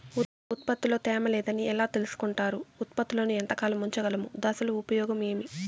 ఉత్పత్తి లో తేమ లేదని ఎలా తెలుసుకొంటారు ఉత్పత్తులను ఎంత కాలము ఉంచగలము దశలు ఉపయోగం ఏమి?